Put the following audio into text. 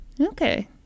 Okay